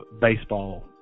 baseball